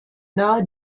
nahe